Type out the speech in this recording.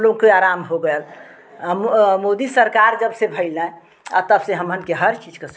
हम लोग के आराम हो गए मोदी सरकार जब से भइला तब से हम हन का हर चीज़ का